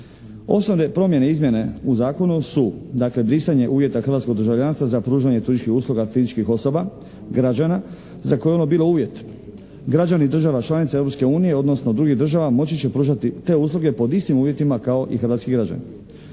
Osnovne promjene i izmjene u zakonu su dakle brisanje uvjeta hrvatskog državljanstva za pružanje turističkih usluga fizičkih osoba građana za koje je ono bilo uvjet. Građani država članica Europske unije, odnosno drugih država moći će pružati te usluge pod istim uvjetima kao i hrvatski građani.